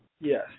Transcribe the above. Yes